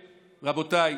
רבותיי,